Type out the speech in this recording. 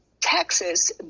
Texas